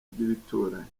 by’ibituranyi